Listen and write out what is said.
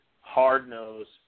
hard-nosed